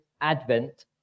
Advent